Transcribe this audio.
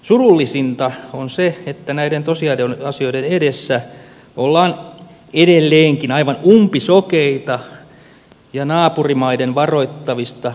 surullisinta on se että näiden tosiasioiden edessä ollaan edelleenkin aivan umpisokeita naapurimaiden varoittavista esimerkeistä huolimatta